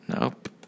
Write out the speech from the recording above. Nope